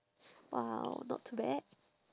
!wow! not too bad